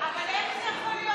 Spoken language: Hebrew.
אבל זה יכול להיות,